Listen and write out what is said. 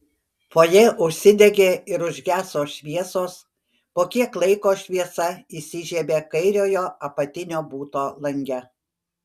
fojė užsidegė ir užgeso šviesos po kiek laiko šviesa įsižiebė kairiojo apatinio buto lange